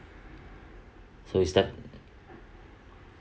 so is definitely